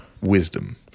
wisdom